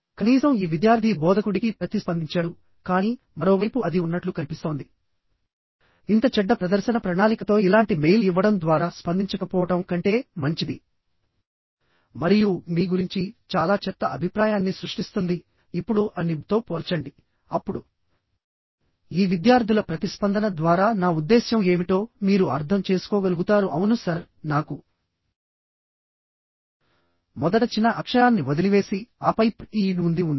కనీసం ఈ విద్యార్థి బోధకుడికి ప్రతిస్పందించాడు కానీ మరోవైపు అది ఉన్నట్లు కనిపిస్తోంది ఇంత చెడ్డ ప్రదర్శన ప్రణాళికతో ఇలాంటి మెయిల్ ఇవ్వడం ద్వారా స్పందించకపోవడం కంటే మంచిది మరియు మీ గురించి చాలా చెత్త అభిప్రాయాన్ని సృష్టిస్తుంది ఇప్పుడు a ని b తో పోల్చండి అప్పుడు ఈ విద్యార్థుల ప్రతిస్పందన ద్వారా నా ఉద్దేశ్యం ఏమిటో మీరు అర్థం చేసుకోగలుగుతారు అవును సర్ నాకు మొదట చిన్న అక్షరాన్ని వదిలివేసి ఆపై p e e d ఉంది ఉంది